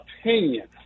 opinion